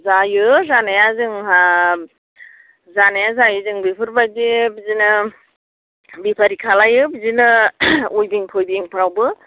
जायो जानाया जोंहा जानाया जायो जों बेफोरबायदि बिदिनो बेफारि खालामो बिदिनो उइभिं थुइभिंफ्रावबो